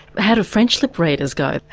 how do french lip-readers go?